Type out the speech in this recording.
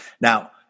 Now